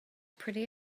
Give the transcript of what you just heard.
pretty